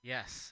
Yes